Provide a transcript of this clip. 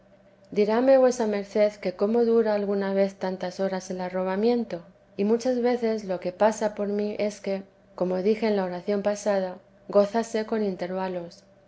mí diráme vuesa merced que cómo dura alguna vez tantas horas el arrobamiento y muchas veces lo que pasa por mí es que como dije en la oración pasada gózase con intervalos